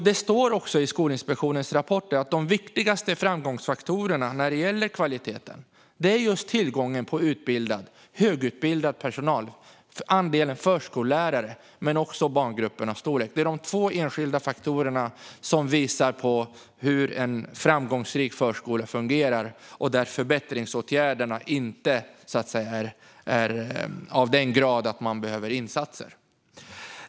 Det står också i Skolinspektionens rapporter att de viktigaste framgångsfaktorerna är tillgången på högutbildad personal, alltså andelen förskollärare, och barngruppernas storlek. Det är de två enskilt viktigaste faktorerna för en framgångsrik förskola där det inte behövs förbättringsinsatser.